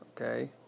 okay